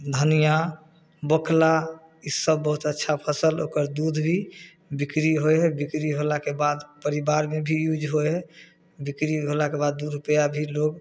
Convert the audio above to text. धनिया बोखला ईसब बहुत अच्छा फसल ओकर दूध भी बिक्री होइ हइ बिक्री होलाके बाद परिवारमे भी यूज होइ हइ बिक्री होलाके बाद दुइ रुपैआ भी लोक